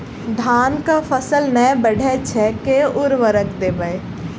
धान कऽ फसल नै बढ़य छै केँ उर्वरक देबै?